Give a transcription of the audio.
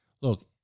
Look